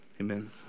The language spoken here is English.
Amen